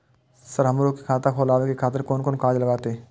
Sir हमरो के खाता खोलावे के खातिर कोन कोन कागज लागते?